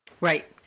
right